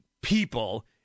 people